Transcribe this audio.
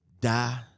die